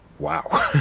wow!